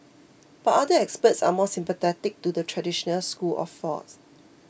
but other experts are more sympathetic to the traditional school of thought